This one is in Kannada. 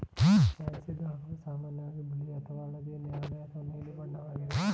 ಪ್ಯಾನ್ಸಿ ದಳಗಳು ಸಾಮಾನ್ಯವಾಗಿ ಬಿಳಿ ಅಥವಾ ಹಳದಿ ನೇರಳೆ ಅಥವಾ ನೀಲಿ ಬಣ್ಣದ್ದಾಗಿರುತ್ವೆ